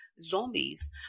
zombies